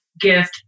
gift